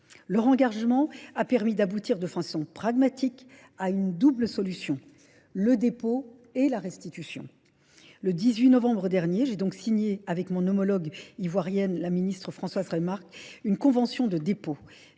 Leur engagement a permis d'aboutir de façons pragmatiques à une double solution, le dépôt et la restitution. Le 18 novembre dernier, j'ai donc signé avec mon homologue ivoirienne la ministre Françoise Remarque une convention de dépôt.